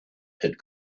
had